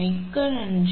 மிக்க நன்றி